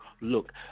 look